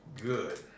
good